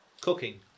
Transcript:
Cooking